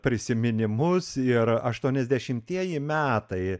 prisiminimus ir aštuoniasdešimtieji metai